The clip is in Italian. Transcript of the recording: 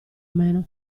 meno